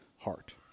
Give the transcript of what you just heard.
heart